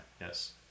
Yes